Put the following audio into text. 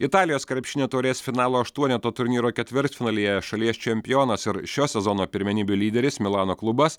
italijos krepšinio taurės finalo aštuoneto turnyro ketvirtfinalyje šalies čempionas ir šio sezono pirmenybių lyderis milano klubas